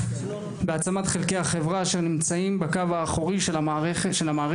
בהעצמת חלקי החברה אשר נמצאים בקו האחורי של המערכת